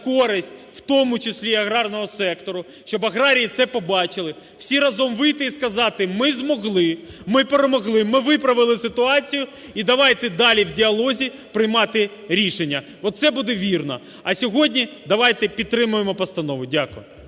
в тому числі аграрного сектору, щоб аграрії це побачили. Всім разом вийти і сказати. "Ми змогли, ми перемогли, ми виправили ситуацію". І давайте далі в діалозі приймати рішення. Оце буде вірно. А сьогодні давайте підтримаємо постанову. Дякую.